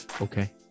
Okay